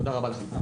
תודה רבה לכם.